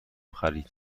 خرید